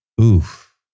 Oof